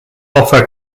offer